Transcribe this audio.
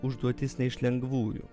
užduotis ne iš lengvųjų